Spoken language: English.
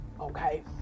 okay